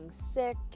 sick